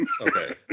Okay